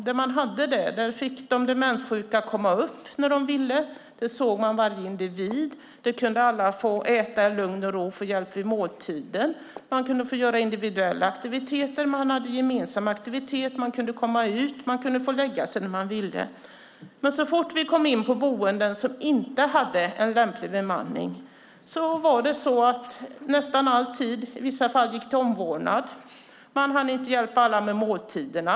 Där det fanns tillräckligt med personal fick de demenssjuka komma upp när de ville, man såg varje individ för sig, alla kunde äta i lugn och ro och få hjälp vid måltiderna, de boende kunde ha både individuella och gemensamma aktiviteter, de kunde komma ut och de fick lägga sig när de ville. Så fort man kom in på boenden som inte hade en lämplig bemanning gick i vissa fall nästan all tid till omvårdnad. Man hann inte hjälpa alla med måltiderna.